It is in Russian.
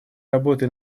работы